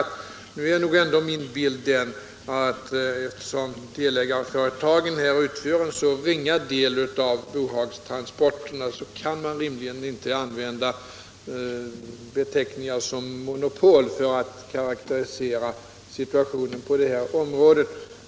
Mitt allmänna intryck när det gäller detta ärende är att man, eftersom delägarföretagen här utgör en så ringa del av bohagstransporterna, rimligen inte kan använda beteckningar som monopol för att karakterisera situationen på det här området.